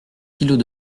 kilos